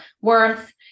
worth